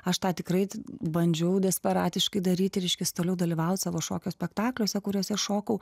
aš tą tikrai bandžiau desperatiškai daryti reiškias toliau dalyvaut savo šokio spektakliuose kuriuose šokau